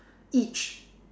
each